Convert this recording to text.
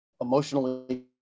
emotionally